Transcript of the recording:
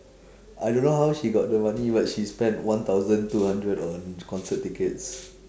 I don't know how she got the money but she spend one thousand two hundred on concert tickets